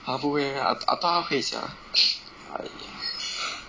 他不会 meh I I thought 他会 sia !aiya!